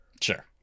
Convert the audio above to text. sure